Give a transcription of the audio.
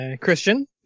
Christian